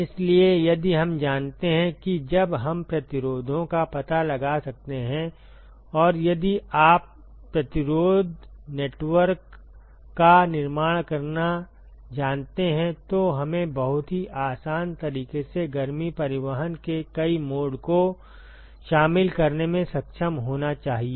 इसलिए यदि हम जानते हैं कि जब हम प्रतिरोधों का पता लगा सकते हैं और यदि आप प्रतिरोध नेटवर्क का निर्माण करना जानते हैं तो हमें बहुत ही आसान तरीके से गर्मी परिवहन के कई मोड को शामिल करने में सक्षम होना चाहिए